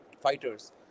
fighters